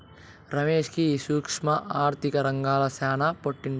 రమేష్ కి ఈ సూక్ష్మ ఆర్థిక రంగంల శానా పట్టుండాది